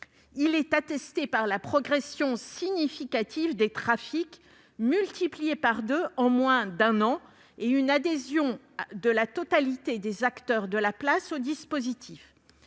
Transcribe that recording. Il est attesté par la progression significative des trafics, qui ont été multipliés par deux en moins d'un an, et par l'adhésion de la totalité des acteurs de la place au dispositif.